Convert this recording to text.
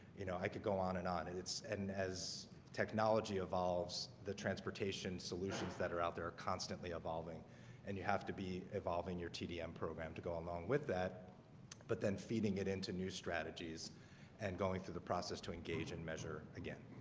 you know, i could go on and on it's and as technology evolves the transportation solutions that are out there are constantly evolving and you have to be evolving your tdm program to go along with that but then feeding it into new strategies and going through the process to engage in measure again